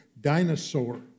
dinosaur